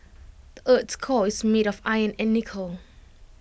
the Earth's core is made of iron and nickel